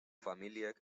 familiek